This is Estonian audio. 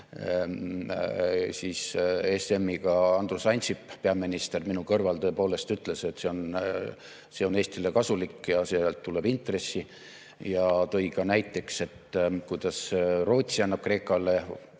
ESM-iga. Andrus Ansip, peaminister, minu kõrval tõepoolest ütles, et see on Eestile kasulik ja sealt tuleb intressi, ja tõi ka näiteks, kuidas Rootsi annab Kreekale – ta